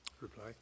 reply